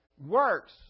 works